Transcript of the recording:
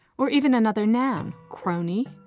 or even another noun, crony,